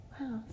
wow